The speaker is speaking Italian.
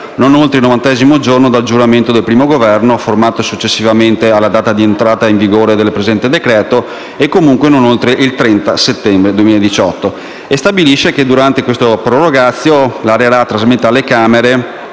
non oltre il novantesimo giorno dal giuramento del primo Governo formato successivamente alla data di entrata in vigore del presente decreto e, comunque, non oltre il 30 settembre 2018. Esso stabilisce che durante questa *prorogatio* l'ARERA trasmetta alle Camere